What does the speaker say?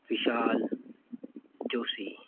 Vishal Joshi